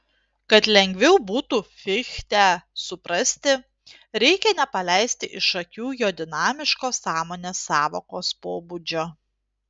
kad lengviau būtų fichtę suprasti reikia nepaleisti iš akių jo dinamiško sąmonės sąvokos pobūdžio